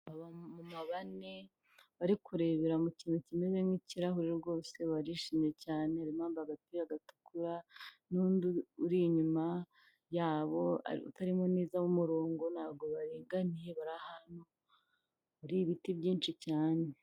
Abantu bane bari kurebera mu kintu kimeze nk'ikirahure rwose barishimye cyane agapira gatukura uri inyuma yabo utarimo nezaumurongo ntabwo baringaniye uri ibiti byinshi cyane.